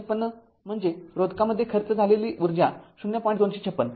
२५६ म्हणजे रोधकामध्ये खर्च झालेली ऊर्जा ०